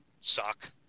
suck